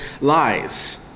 lies